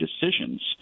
decisions